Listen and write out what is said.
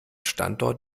standort